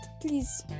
Please